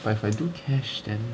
but if I do cash then